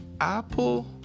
Apple